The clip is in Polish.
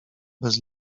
bez